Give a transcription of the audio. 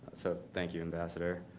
so thank you ambassador.